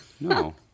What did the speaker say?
No